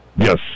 Yes